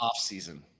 offseason